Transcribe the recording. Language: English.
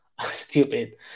stupid